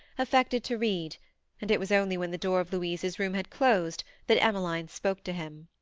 affected to read, and it was only when the door of louise's room had closed that emmeline spoke to him.